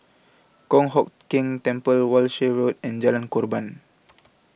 Kong Hock Keng Temple Walshe Road and Jalan Korban